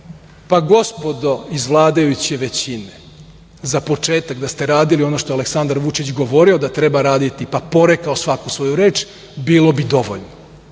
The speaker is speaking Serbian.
Pa, gospodo iz vladajuće većine, za početak da ste radili ono što je Aleksandar Vučić govorio da treba raditi, pa porekao svaku svoju reč, bilo bi dovoljno.